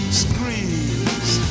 screams